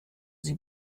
sie